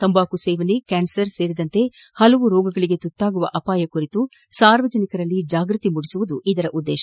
ತಂಬಾಕು ಸೇವನೆ ಕ್ಯಾನ್ಲರ್ ಸೇರಿದಂತೆ ಪಲವು ರೋಗಗಳಿಗೆ ತುತ್ತಾಗುವ ಅಪಾಯ ಕುರಿತು ಸಾರ್ವಜನಿಕರಲ್ಲಿ ಜಾಗೃತಿ ಮೂಡಿಸುವುದು ಇದರ ಉದ್ದೇಶ